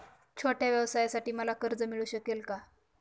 छोट्या व्यवसायासाठी मला कर्ज मिळू शकेल का?